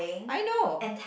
I know